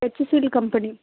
HCL company